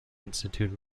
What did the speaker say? institute